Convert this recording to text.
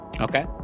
Okay